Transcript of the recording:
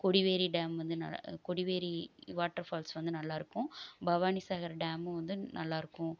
Kodiveri dam வந்து ந Kodiveri waterfalls வந்து நல்லாயிருக்கும் பவானி சாகர் டேமும் வந்து நல்லாயிருக்கும்